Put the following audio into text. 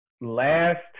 last